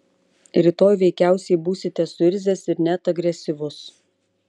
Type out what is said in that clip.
rytoj veikiausiai būsite suirzęs ir net agresyvus